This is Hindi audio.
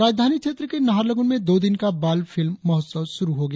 राजधानी क्षेत्र के नाहरलगुन में दो दिन का बाल फिल्म महोत्सव शुरु हुआ